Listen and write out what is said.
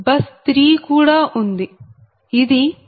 bus 3 కూడా ఉంది ఇది 0